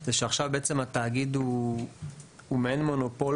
את זה שעכשיו התאגיד הוא מעין מונופול